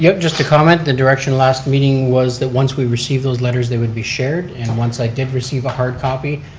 yeah just to comment the direction last meeting was that once we received those letters they would be shared and once i did receive a hard copy,